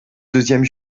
deuxième